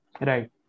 Right